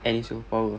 any superpower